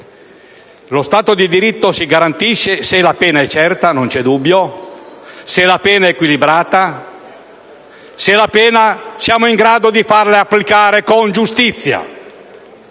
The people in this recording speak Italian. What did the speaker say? lo Stato di diritto si garantisce, se la pena è certa (non c'è dubbio), se la pena è equilibrata e se siamo in grado di farla applicare con giustizia.